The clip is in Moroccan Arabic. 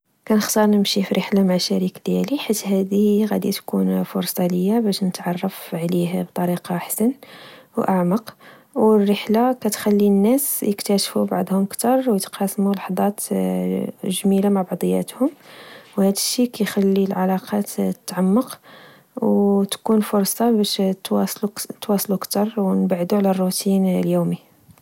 كنختار نمشي في رحلة مع الشريك ديالي، حيت هادي غادي تكون فرصة ليا باش نتعرف عليه بطريقة حسن وأعمق. الرحلة كتخلي الناس يكتاشفو بعضهم أكثر، ويتقاسمو لحظات جميلة مع بعضياتهم، وهادشي كخلي العلاقات تعمقوتكون فرصة باش نتواصلو كتر، ونبعدو على الروتين اليومي